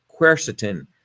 Quercetin